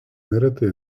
neretai